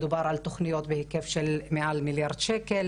מדובר בתוכניות בהיקף של מעל מיליארד שקל,